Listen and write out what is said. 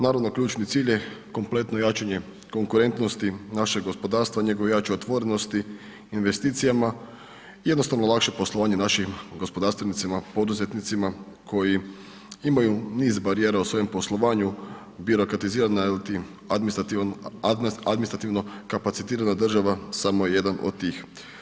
Naravno ključni cilj je kompletno jačanje konkurentnosti našeg gospodarstva, njegove jače otvorenosti investicijama i jednostavno lakše poslovanje našim gospodarstvenicima, poduzetnicima koji imaju niz barijera u svojem poslovanju birokratizirana ili administrativno kapacitirana država samo je jedan od tih.